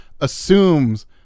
assumes